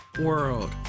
world